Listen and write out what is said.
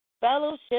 fellowship